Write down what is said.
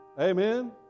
Amen